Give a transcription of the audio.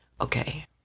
okay